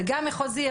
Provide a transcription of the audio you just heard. וגם מחוזי,